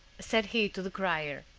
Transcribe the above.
said he to the crier,